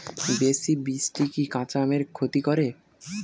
বেশি বৃষ্টি কি কাঁচা আমের ক্ষতি করে?